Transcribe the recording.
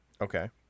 Okay